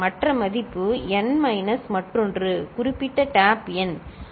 மற்ற மதிப்பு n minus மற்றொன்று குறிப்பிட்ட டேப் எண் சரி